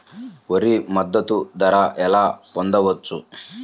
వరి మద్దతు ధర ఎలా పొందవచ్చు?